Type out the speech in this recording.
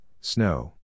snow